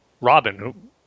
Robin